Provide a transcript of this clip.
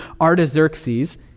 Artaxerxes